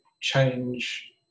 change